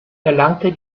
erlangte